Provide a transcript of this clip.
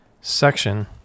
section